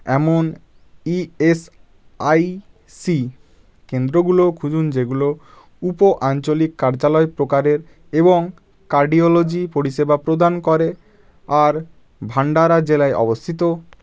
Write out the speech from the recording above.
এমন ইএসআইসি কেন্দ্রগুলো খুঁজুন যেগুলো উপআঞ্চলিক কার্যালয় প্রকারের এবং কার্ডিওলজি পরিষেবা প্রদান করে আর ভান্ডারা জেলায় অবস্থিত